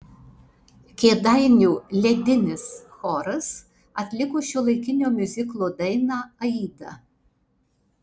kėdainių ledinis choras atliko šiuolaikinio miuziklo dainą aida